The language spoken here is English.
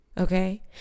okay